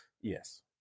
Yes